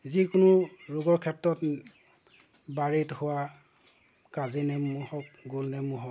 যিকোনো ৰোগৰ ক্ষেত্ৰত বাৰীত হোৱা কাজি নেমু হওক গোল নেমু হওক